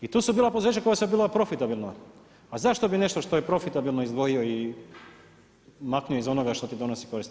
I tu su bila poduzeća koja su bila profitabilna, a zašto bi nešto što je profitabilno izdvojio i maknuo iz onoga što ti donosi korist.